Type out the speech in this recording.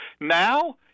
Now